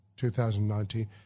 2019